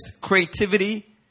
creativity